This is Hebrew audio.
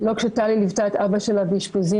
לא כשטלי ליוותה את אבא שלה באשפוזים